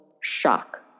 shock